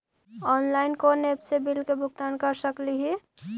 Online कोन app से bill के भुगतान कर सकली ही?